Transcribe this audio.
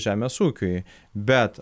žemės ūkiui bet